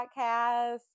podcast